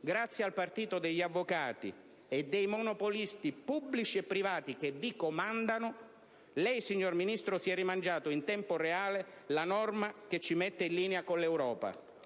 (grazie al partito degli avvocati e dei monopolisti pubblici e privati che vi comandano, lei, signor Ministro, si è rimangiato in tempo reale la norma che ci mette in linea con l'Europa).